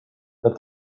that